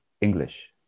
English